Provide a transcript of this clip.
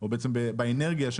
או באנרגיה,